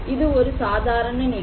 இது ஒரு சாதாரண நிகழ்வு